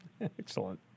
Excellent